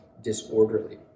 disorderly